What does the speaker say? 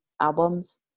albums